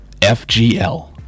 FGL